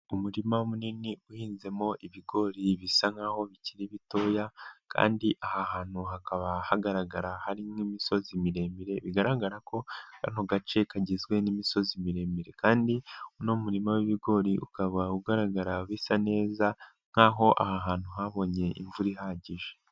Umurima munini uhinzemo ibigori bisa nk'aho bikiri bitoya, kandi aha hantu hakaba hagaragara hari nk'imisozi miremire, bigaragara ko kano gace kagizwe n'imisozi miremire, kandi uno murima w'ibigori ukaba ugaragara bisa neza nk'aho aha hantu habonye imvura ihagije.